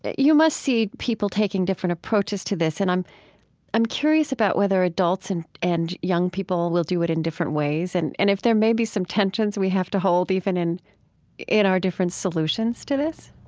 you must see people taking different approaches to this. and i'm i'm curious about whether adults and and young people will do it in different ways and and if there may be some tensions we have to hold even in in our different solutions to this